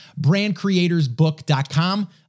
brandcreatorsbook.com